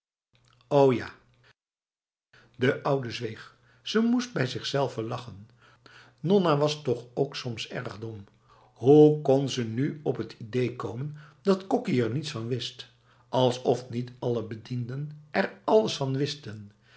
o jef de oude zweeg ze moest bij zichzelve lachen nonna was toch ook soms erg dom hoe kon ze nu op het idee komen dat kokki er niets van wist alsof niet alle bedienden er alles van wisten